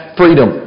freedom